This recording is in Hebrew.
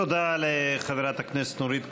תודה לחברת הכנסת נורית קורן.